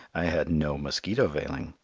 i had no mosquito veiling,